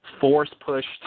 force-pushed